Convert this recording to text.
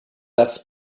das